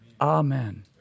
Amen